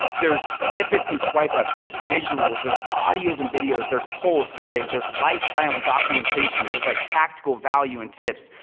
there's snippets, and swipe ups, there's visuals, there's audios, and videos, there's polls, surveys, there's lifestyle and documentation, there's like, tactical value and tips,